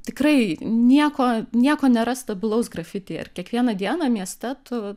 tikrai nieko nieko nėra stabilaus grafiti ir kiekvieną dieną mieste tu